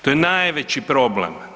To je najveći problem.